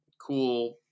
cool